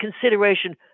consideration